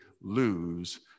lose